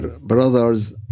brothers